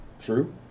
true